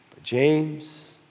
James